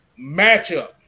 matchup